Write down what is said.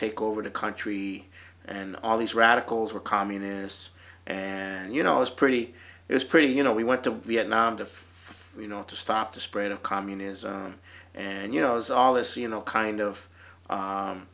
take over the country and all these radicals were communists and you know it was pretty it was pretty you know we went to vietnam to you know to stop the spread of communism and you know as all this you know kind of